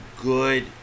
good